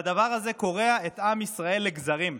והדבר הזה קורע את עם ישראל לגזרים.